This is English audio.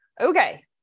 Okay